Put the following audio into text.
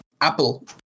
Apple